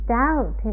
doubt